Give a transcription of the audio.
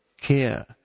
care